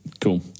cool